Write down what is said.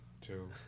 two